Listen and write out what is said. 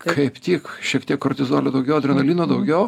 kaip tik šiek tiek kortizolio daugiau adrenalino daugiau